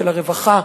של הרווחה,